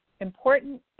important